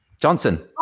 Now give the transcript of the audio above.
Johnson